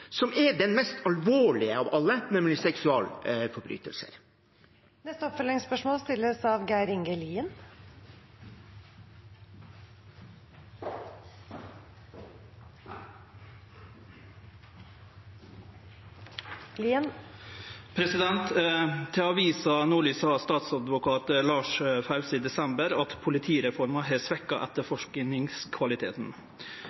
som er den mest alvorlige av alle, nemlig seksualforbrytelser. Geir Inge Lien – til oppfølgingsspørsmål. Til avisa Nordlys sa statsadvokat Lars Fause i desember at politireforma har